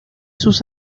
sus